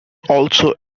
also